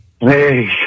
Hey